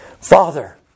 Father